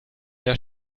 der